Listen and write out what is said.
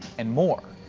and more.